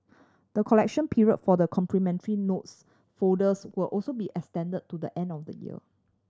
the collection period for the complimentary notes folders will also be extended to the end of the year